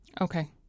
Okay